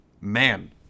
man